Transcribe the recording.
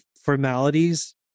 formalities